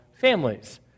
families